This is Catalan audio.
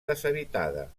deshabitada